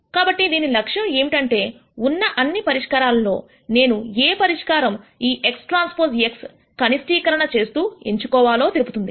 కాబట్టి దీని లక్ష్యం ఏంటంటే ఉన్న అన్ని పరిష్కారాలలో నేను ఏ పరిష్కారం ఈ xTx కనిష్ఠీకరణ చేస్తూ ఎంచుకోవాలో తెలుపుతుంది